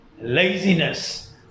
Laziness